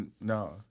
No